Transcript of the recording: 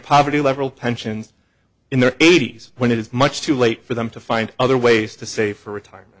poverty level pensions in their eighty's when it is much too late for them to find other ways to save for retirement